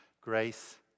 grace